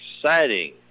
exciting